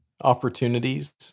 opportunities